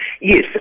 Yes